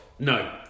No